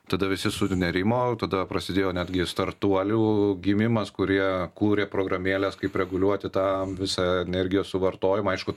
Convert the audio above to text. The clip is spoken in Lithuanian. tada visi surnerimo tada prasidėjo netgi startuolių gimimas kurie kūrė programėles kaip reguliuoti tą visą energijos suvartojimą aišku